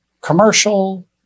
commercial